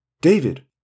David